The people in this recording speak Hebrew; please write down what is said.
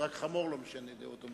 רק חמור לא משנה דעות,